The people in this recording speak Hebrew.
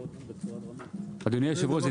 זה דבר שצריך --- אדוני היושב-ראש,